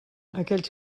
aquells